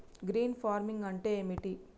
Green farming అంటే ఏమిటి?